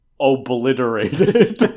obliterated